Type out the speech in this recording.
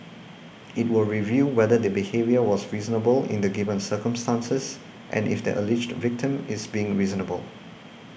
it will review whether the behaviour was reasonable in the given circumstances and if the alleged victim is being reasonable